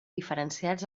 diferenciats